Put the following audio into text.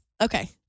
Okay